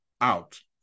out